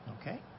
Okay